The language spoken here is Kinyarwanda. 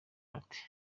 bate